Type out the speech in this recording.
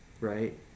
right